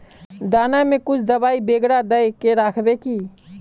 दाना में कुछ दबाई बेगरा दय के राखबे की?